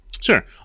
sure